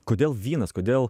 kodėl vynas kodėl